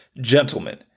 Gentlemen